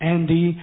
Andy